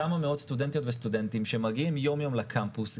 כמה מאות סטודנטיות וסטודנטים שמגיעים יום-יום לקמפוס,